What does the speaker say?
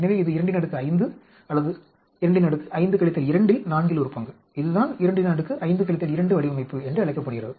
எனவே இது 25 அல்லது 25 2 இல் நான்கில் ஒரு பங்கு இதுதான் 25 2 வடிவமைப்பு என்று அழைக்கப்படுகிறது